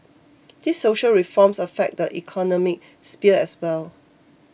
these social reforms affect the economy sphere as well